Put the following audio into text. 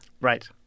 Right